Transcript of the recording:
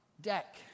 deck